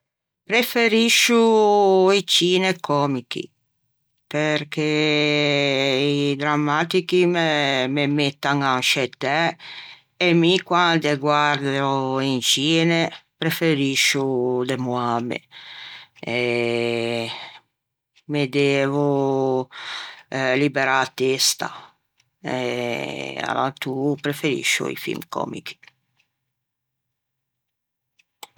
preferiscio i cine còmichi perché i drammatichi me mettan anscietæ e mi quande guardo un cine preferiscio demoâme e me devo liberâ a testa e alantô preferiscio i fil còmichi.